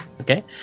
Okay